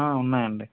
ఉన్నాయండి